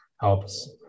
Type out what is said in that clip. helps